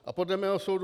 A podle mého soudu